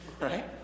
right